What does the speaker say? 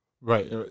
Right